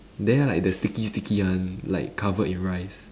there like the sticky sticky one like covered in rice